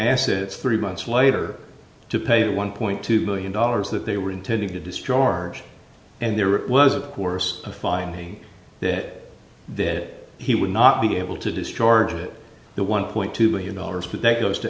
assets three months later to pay the one point two billion dollars that they were intending to destroy ours and there was of course a finding that that he would not be able to discharge it the one point two billion dollars but that goes to